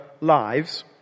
lives